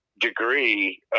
degree